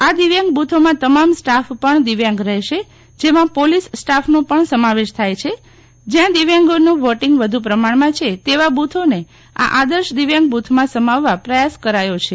આ દિવ્યાંગ બૂથોમાં તમામ સ્ટાફ પણ દિવ્યાંગ રહેશે જયાં દિવ્યાંગોનો વોટીંગ વધુ પ્રમાણમાં છે તેવા બૂથોને આ આદર્શ દિવ્યાંગ બૂથમાં સમાવવા પ્રયાસ કરાયો છે